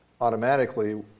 automatically